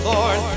Lord